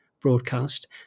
broadcast